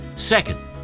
Second